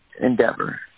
endeavor